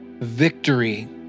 victory